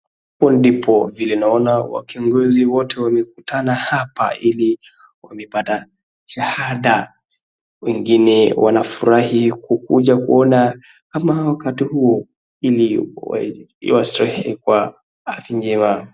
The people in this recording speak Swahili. Viongozi wameungana iilikupata shahada.